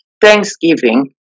Thanksgiving